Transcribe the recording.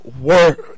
word